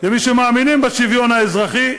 כמי שמאמינים בשווין אזרחי,